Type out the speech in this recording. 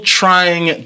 trying